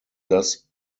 das